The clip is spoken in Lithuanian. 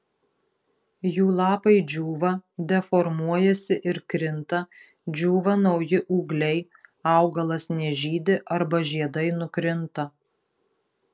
jų lapai džiūva deformuojasi ir krinta džiūva nauji ūgliai augalas nežydi arba žiedai nukrinta